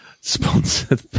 Sponsored